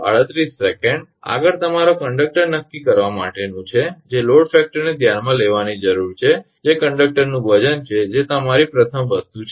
આગળ તમારો કંડક્ટર નક્કી કરવા માટેનું છે કે જે લોડ ફેકટરને ધ્યાનમાં લેવાની જરૂર છે જે કંડક્ટરનું વજન છે કે જે તમારી પ્રથમ વસ્તુ છે